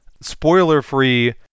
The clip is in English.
spoiler-free